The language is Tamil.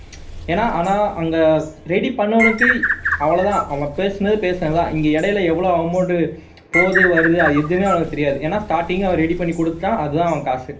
ஏனால் ஆனால் அங்கே ரெடி பண்ணிணவனுக்கு அவ்வளோ தான் அவங்க பேசினது பேசினது தான் இங்கே இடையில எவ்வளோ அமௌண்ட்டு போது வருது அது எதுவுமே அவனுக்கு தெரியாது ஏனால் ஸ்டார்டிங்கே அவன் ரெடி பண்ணி கொடுத்துட்டான் அது தான் அவன் காசு